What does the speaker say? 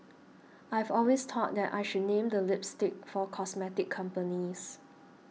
I've always thought that I should name the lipsticks for cosmetic companies